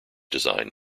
design